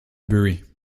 bury